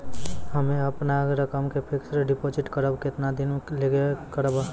हम्मे अपन रकम के फिक्स्ड डिपोजिट करबऽ केतना दिन के लिए करबऽ?